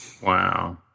wow